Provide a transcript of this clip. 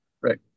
Right